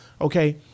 Okay